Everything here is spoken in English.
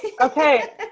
Okay